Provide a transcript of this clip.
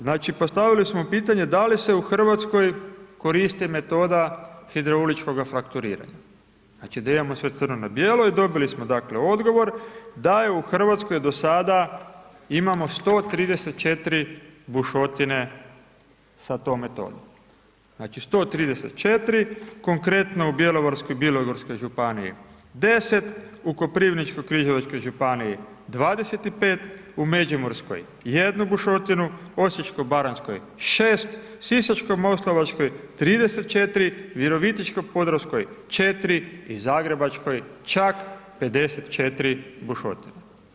Znači postavili smo pitanje da li se u Hrvatskoj koristi metoda hidrauličkoga frakturiranja, znači da imamo sve crno na bijelo, i dobili smo dakle odgovor da je u Hrvatskoj do sada, imamo 134 bušotine sa tom metodom, znači 134, konkretno u Bjelovarsko-bilogorskoj županiji 10, u Koprivničko-križevačkoj županiji 25, u Međimurskoj 1 bušotinu, Osječko-baranjskoj 6, Sisačko-moslavačkoj 34, Virovitičko-podravskoj 4 i Zagrebačkoj čak 54 bušotine.